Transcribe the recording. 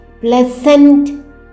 pleasant